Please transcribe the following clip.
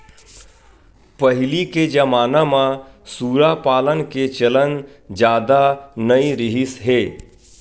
पहिली के जमाना म सूरा पालन के चलन जादा नइ रिहिस हे